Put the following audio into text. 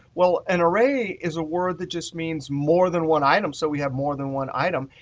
well, an array is a word that just means more than one item. so we have more than one item.